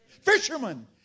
Fishermen